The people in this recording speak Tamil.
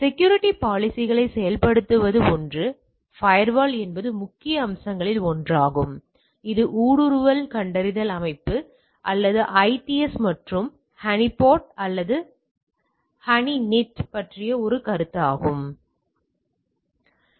எனவே செக்யூரிட்டி பாலிசிகளைச் செயல்படுத்துவது ஒன்று ஃபயர்வால் என்பது முக்கிய அம்சங்களில் ஒன்றாகும் இது ஊடுருவல் கண்டறிதல் அமைப்பு அல்லது ஐடிஎஸ் மற்றும் ஹனிபாட் அல்லது ஹனினெட் பற்றிய ஒரு கருத்தும் உள்ளது சரி